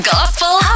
Gospel